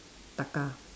Taka